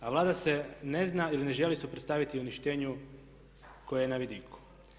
A Vlada se ne zna ili ne želi suprotstaviti uništenju koje je na vidiku.